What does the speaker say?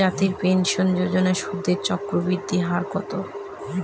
জাতীয় পেনশন যোজনার সুদের চক্রবৃদ্ধি হার কত?